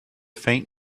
faint